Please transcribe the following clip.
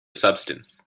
substance